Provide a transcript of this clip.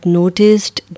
noticed